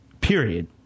period